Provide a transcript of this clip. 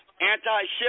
anti-ship